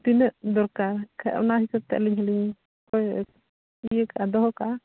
ᱛᱤᱱᱟᱹᱜ ᱫᱚᱨᱠᱟᱨ ᱠᱷᱟᱡ ᱚᱱᱟ ᱦᱤᱥᱟᱹᱵᱽ ᱛᱮ ᱟᱹᱞᱤᱧ ᱦᱚᱸᱞᱤᱧ ᱠᱚᱭ ᱤᱭᱟᱹ ᱠᱟᱜᱼᱟ ᱫᱚᱦᱚ ᱠᱟᱜᱼᱟ